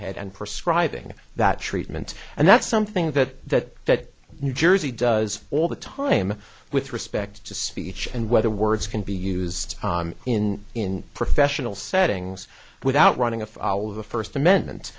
ahead and prescribe ing that treatment and that's something that that new jersey does all the time with respect to speech and whether words can be used in in profess tional settings without running afoul of the first amendment